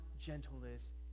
gentleness